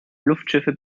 luftschiffe